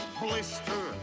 Blister